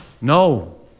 No